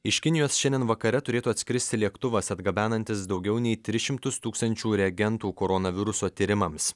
iš kinijos šiandien vakare turėtų atskristi lėktuvas atgabenantis daugiau nei tris šimtus tūkstančių reagentų koronaviruso tyrimams